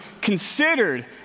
considered